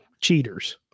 cheaters